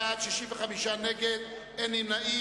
38 בעד, 65 נגד, אין נמנעים.